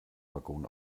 waggon